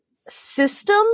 system